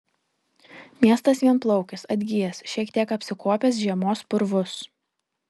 miestas vienplaukis atgijęs šiek tiek apsikuopęs žiemos purvus